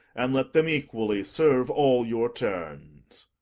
and let them equally serve all your turns.